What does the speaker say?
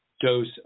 dose